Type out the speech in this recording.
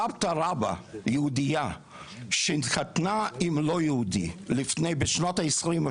סבתא רבא יהודייה שהתחתנה עם לא יהודי בשנת ה-20',